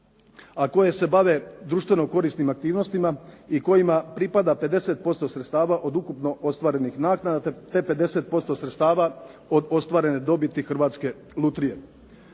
a koje se bave društveno korisnim aktivnostima i kojima pripada 50% sredstava od ukupno ostvarenih naknada, te 50% sredstava od ostvarene dobiti Hrvatske lutrije.